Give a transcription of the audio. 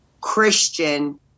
christian